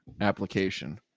application